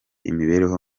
imibereho